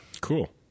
Cool